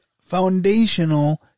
foundational